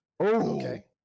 Okay